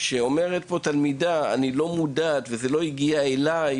כשאומרת פה תלמידה שהיא לא מודעת לזה ושזה לא הגיע אליה,